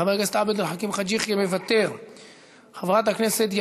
חבר הכנסת עבד אל חכים חאג' יחיא,